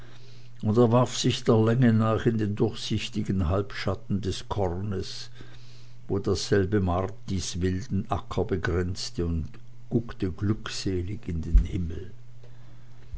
und er warf sich der länge nach in den durchsichtigen halbschatten des kornes wo dasselbe martis wilden acker begrenzte und guckte glückselig in den himmel